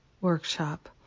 workshop